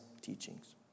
teachings